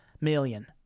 million